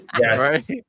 Yes